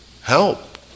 help